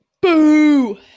Boo